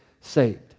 saved